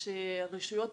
שרשויות